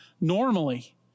normally